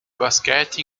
basquete